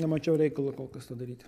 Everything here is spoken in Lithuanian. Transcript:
nemačiau reikalo kol kas to daryti